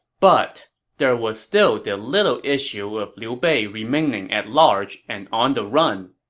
but there was still the little issue of liu bei remaining at large and on the run.